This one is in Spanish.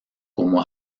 como